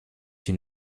une